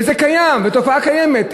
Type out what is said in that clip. וזה קיים, התופעה קיימת.